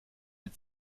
mit